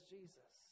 Jesus